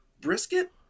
Brisket